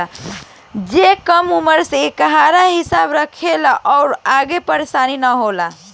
जे कम उम्र से एकर हिसाब रखेला उ आगे परेसान ना होखेला